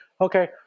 okay